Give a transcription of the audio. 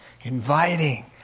inviting